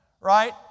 right